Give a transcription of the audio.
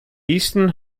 easton